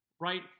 right